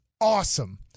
awesome